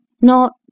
Not